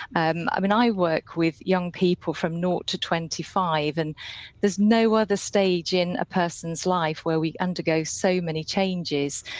and i mean i work with young people from nought to twenty five and there's no other stage in a person's life where we undergo so many changes,